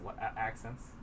accents